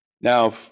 Now